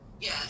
Yes